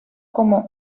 como